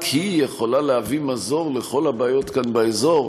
היא יכולה להביא מזור לכל הבעיות כאן באזור,